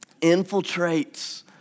infiltrates